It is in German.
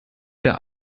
der